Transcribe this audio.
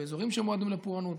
באזורים שמועדים לפורענות.